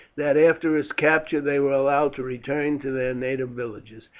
that after his capture they were allowed to return to their native villages,